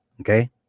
Okay